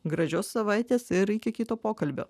gražios savaitės ir iki kito pokalbio